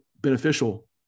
beneficial